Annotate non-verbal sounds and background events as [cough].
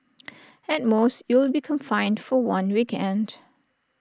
[noise] at most you'll be confined for one weekend